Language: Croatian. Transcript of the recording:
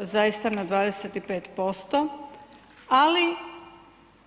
zaista na 25%, ali